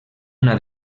una